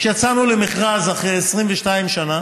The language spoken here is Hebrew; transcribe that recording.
כשיצאנו למכרז, אחרי 22 שנה